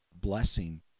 blessing